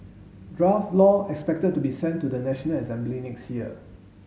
draft law expected to be sent to the National Assembly next year